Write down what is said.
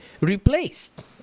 replaced